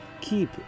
keep